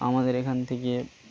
আমাদের এখান থেকে